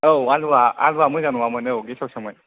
औ आलुवा आलुवा मोजां नङामोन औ गेसावसोमोन